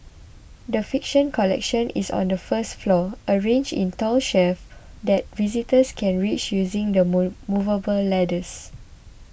the fiction collection is on the first floor arranged in tall shelves that visitors can reach using the movable ladders